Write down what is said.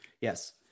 Yes